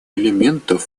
элементов